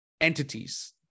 entities